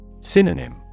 Synonym